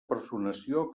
personació